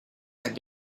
had